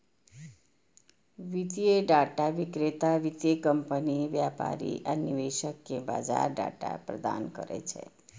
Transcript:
वित्तीय डाटा विक्रेता वित्तीय कंपनी, व्यापारी आ निवेशक कें बाजार डाटा प्रदान करै छै